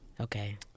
Okay